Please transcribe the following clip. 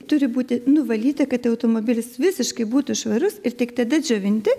turi būti nuvalyti kad automobilis visiškai būtų švarus ir tik tada džiovinti